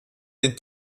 den